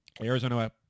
Arizona –